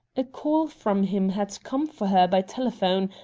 a call from him had come for her by telephone,